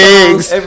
eggs